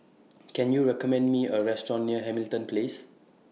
Can YOU recommend Me A Restaurant near Hamilton Place